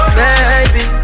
baby